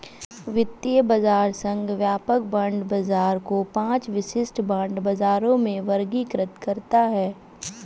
वित्तीय बाजार संघ व्यापक बांड बाजार को पांच विशिष्ट बांड बाजारों में वर्गीकृत करता है